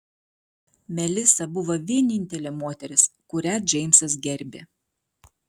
melisa buvo vienintelė moteris kurią džeimsas gerbė